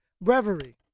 Reverie